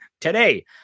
today